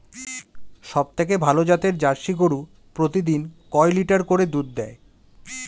সবথেকে ভালো জাতের জার্সি গরু প্রতিদিন কয় লিটার করে দুধ দেয়?